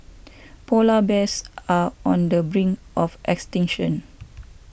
Polar Bears are on the brink of extinction